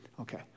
Okay